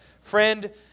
friend